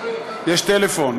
יש טלפון,